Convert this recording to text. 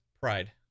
pride